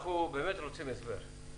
מבקשים הסבר.